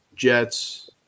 Jets